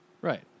Right